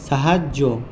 সাহায্য